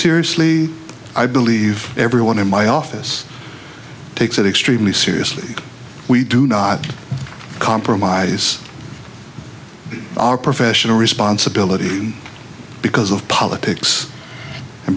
seriously i believe everyone in my office takes it extremely seriously we do not compromise our professional responsibility because of politics and